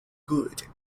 good